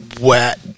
wet